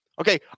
Okay